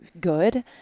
good